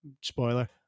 spoiler